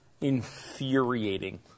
infuriating